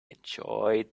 enjoyed